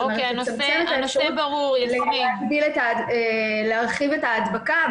לצמצם את האפשרות להרחיב את ההדבקה,